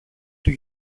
του